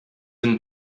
and